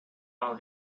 all